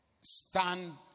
stand